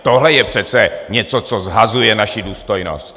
Tohle je přece něco, co shazuje naši důstojnost.